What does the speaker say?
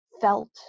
felt